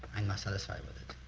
i am not satisfied with